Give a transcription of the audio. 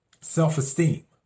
self-esteem